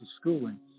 schooling